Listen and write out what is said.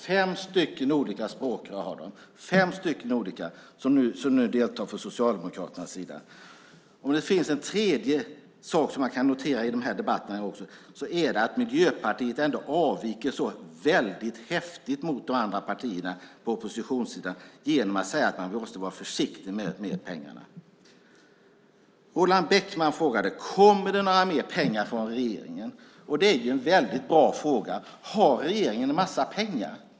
Fem stycken olika språkrör är det som nu deltar från Socialdemokraterna. Det finns en tredje sak man kan notera: Miljöpartiet avviker väldigt häftigt från de andra partierna på oppositionssidan genom att säga att man måste vara försiktig med pengarna. Roland Bäckman frågade: Kommer det några mer pengar från regeringen? Det är en väldigt bra fråga. Har regeringen en massa pengar?